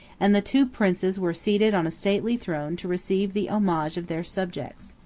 and the two princes were seated on a stately throne to receive the homage of their subjects.